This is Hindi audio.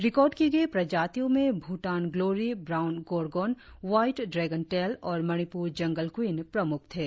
रिकॉर्ड की गई प्रजातियों में Bhutan glory brown gorgon white dragontail और मणिपुर जंगल क्वीन प्रमुख थे